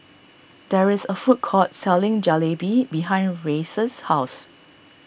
there is a food court selling Jalebi behind Reyes' house